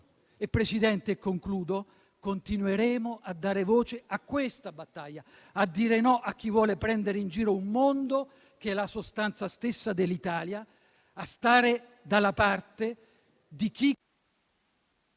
Presidente, noi continueremo a dare voce a questa battaglia, a dire no a chi vuole prendere in giro un mondo che è la sostanza stessa dell'Italia. Continueremo a stare dalla parte di chi